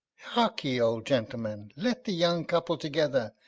hearkee, old gentleman, let the young couple together,